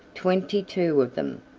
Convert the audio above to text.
twenty-two of them,